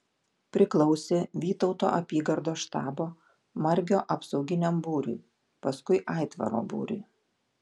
priklausė vytauto apygardos štabo margio apsauginiam būriui paskui aitvaro būriui